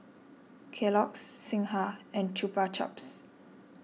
Kellogg's Singha and Chupa Chups